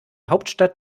hauptstadt